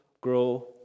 Grow